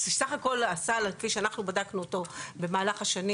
סך הסל כפי שבדקנו אותו במהלך השנים,